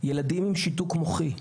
ילדים עם שיתוק מוחין,